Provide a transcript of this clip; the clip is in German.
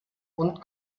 und